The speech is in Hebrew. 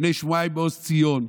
לפני שבועיים בעוז ציון,